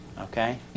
Okay